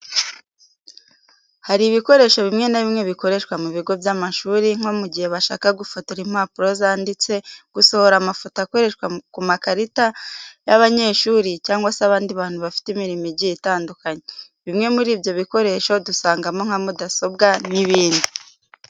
Hari ibikoresho bimwe na bimwe bikoreshwa mu bigo by'amashuri nko mu gihe bashaka gufotora impapuro zanditse, gusohora amafoto akoreshwa ku makarita y'abanyeshuri cyangwa se abandi bantu bafite imirimo igiye itandukanye. Bimwe muri ibyo bikoresho dusangamo nka mudasobwa n'ibindi.